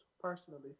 personally